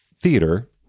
theater